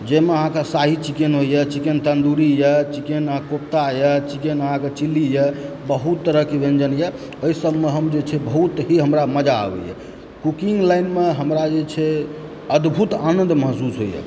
जाहिमे अहाँकेँ शाही चिकेन होइए चिकेन तन्दुरीए चिकेन कोपताए चिकेन अहाँकऽ चिलीए बहुत तरहकेँ व्यञ्जनए ओहि सभमे हम जे छै बहुत ही हमरा मजा आबैए कुकिंग लाइनमे हमरा जे छै अद्भुत आनन्द महसूस होइए